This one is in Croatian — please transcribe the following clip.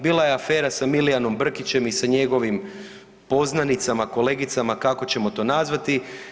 Bila je afera sa Milijanom Brkićem i sa njegovim poznanicama, kolegicama kako ćemo to nazvati.